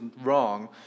wrong